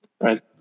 Right